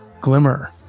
glimmer